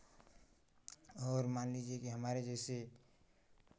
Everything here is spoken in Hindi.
और मान लीजिए कि हमारे जैसे